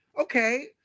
okay